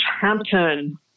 Hampton